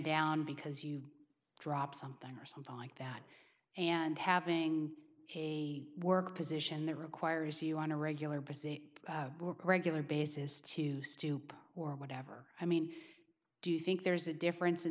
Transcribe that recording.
down because you drop something or something like that and having a work position that requires you on a regular procedure regular basis to stoop or whatever i mean do you think there's a difference in